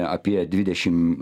apie dvidešim